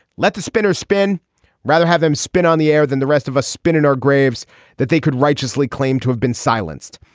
let the spinners spin rather have them spin on the air than the rest of a spin in their graves that they could righteously claim to have been silenced.